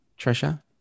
Trisha